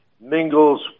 mingles